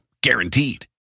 Guaranteed